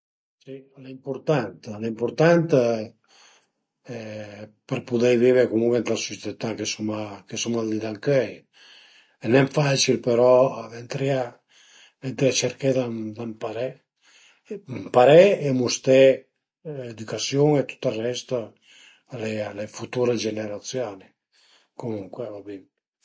Si al e impurtant, al e impurtant për pudei vive comuncue ën la sucietà che suma che suma al di d'ëncöi. Al e nen facil però ventarìa ventarìa cerché d'ëmparé, ëmparé e musté l'edücasiun e tüt ël rest a le a le future generazioni comuncue a va bin